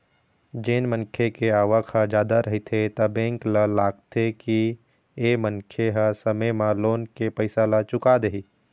जेन मनखे के आवक ह जादा रहिथे त बेंक ल लागथे के ए मनखे ह समे म लोन के पइसा ल चुका देही